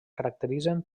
caracteritzen